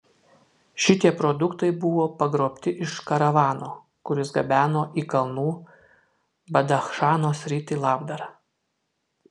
šitie produktai buvo pagrobti iš karavano kuris gabeno į kalnų badachšano sritį labdarą